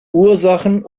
ursachen